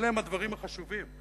אלה הם הדברים החשובים.